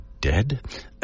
dead